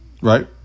Right